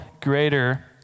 greater